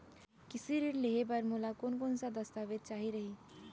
कृषि ऋण लेहे बर मोला कोन कोन स दस्तावेज चाही रही?